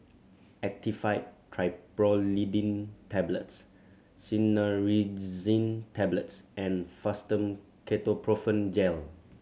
Actifed Triprolidine Tablets Cinnarizine Tablets and Fastum Ketoprofen Gel